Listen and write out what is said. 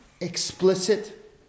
explicit